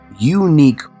Unique